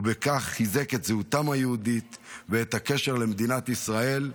ובכך חיזק את זהותם היהודית ואת הקשר למדינת ישראל.